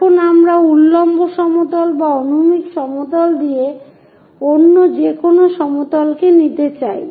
এখন আমরা উল্লম্ব সমতল বা অনুভূমিক সমতল দিয়ে অন্য যেকোনো সমতলকে নিতে চাই